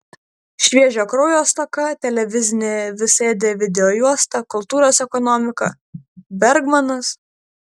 šviežio kraujo stoka televizinė visaėdė videojuosta kultūros ekonomika bergmanas